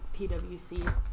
PwC